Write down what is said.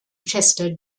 chester